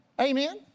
Amen